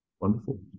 Wonderful